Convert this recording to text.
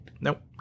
Nope